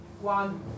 one